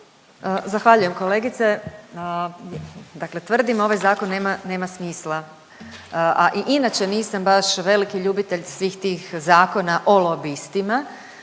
Zahvaljujem kolegice, dakle tvrdim ovaj zakon nema, nema smisla, a i inače nisam baš veliki ljubitelj svih tih Zakona o lobistima.